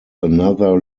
another